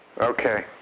okay